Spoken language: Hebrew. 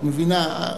את מבינה?